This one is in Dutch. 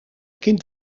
kind